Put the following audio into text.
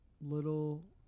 little